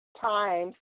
times